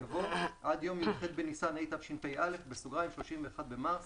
יבוא "עד יום י"ח בניסן התשפ"א (31 במרס